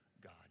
God